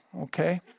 okay